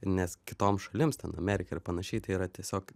nes kitoms šalims ten amerika ar panašiai tai yra tiesiog